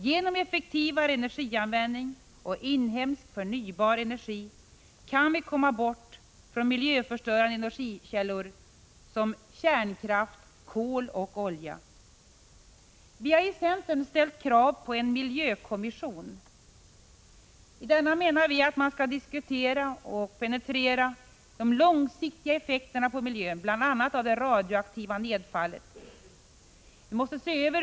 Genom effektivare energianvändning och inhemsk förnybar energi kan vi komma bort från miljöförstörande energikällor som kärnkraft, kol och olja. Vi har i centern ställt krav på en miljökommission. I denna menar vi att man skall diskutera och penetrera de långsiktiga effekterna på miljön av bl.a. det radioaktiva nedfallet.